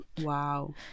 Wow